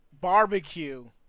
Barbecue